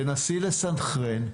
תנסי לסנכרן,